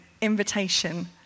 invitation